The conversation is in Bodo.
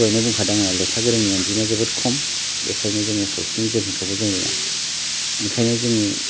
दहायनो बुंखादों आङो लेखा गोरोंनि अनजिमाया जोबोद खम बेखायनो जोङो सावस्रिनि जोथोनखौबो जों रोङा ओंखायनो जोंनि